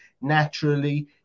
naturally